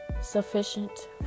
Sufficient